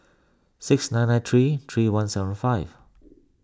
six nine nine three three one seven five